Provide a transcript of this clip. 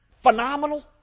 phenomenal